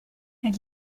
elle